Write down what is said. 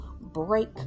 break